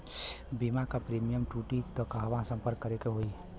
बीमा क प्रीमियम टूटी त कहवा सम्पर्क करें के होई?